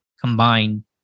combine